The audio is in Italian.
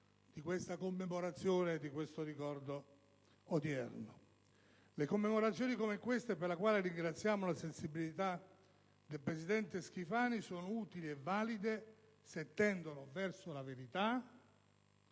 di questa commemorazione e di questo ricordo odierno. Le commemorazioni come questa, per la quale ringraziamo la sensibilità del presidente Schifani, sono utili e valide se tendono verso la verità